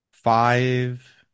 Five